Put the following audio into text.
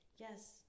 Yes